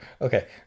Okay